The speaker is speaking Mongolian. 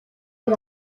тэр